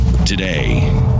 Today